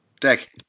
Deck